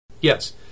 Yes